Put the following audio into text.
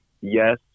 yes